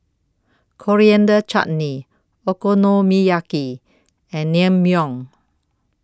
Coriander Chutney Okonomiyaki and Naengmyeon